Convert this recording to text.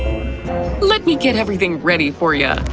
let me get everything ready for ya.